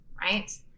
right